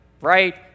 right